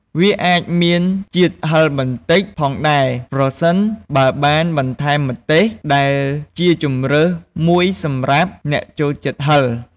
វាអាចមានរសជាតិហឹរបន្តិចផងដែរ ប្រសិនបើបានបន្ថែមម្ទេស ដែលជាជម្រើសមួយសម្រាប់អ្នកចូលចិត្តហឹរ។